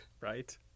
right